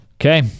Okay